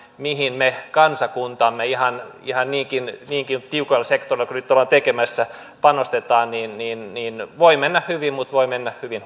mihin me kansakuntana ihan ihan niinkin niinkin tiukalla sektorilla kuin nyt ollaan tekemässä panostamme niin niin voi mennä hyvin mutta voi mennä hyvin